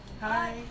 Hi